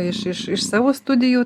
iš iš iš savo studijų